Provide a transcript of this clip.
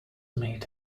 meet